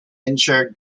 ensure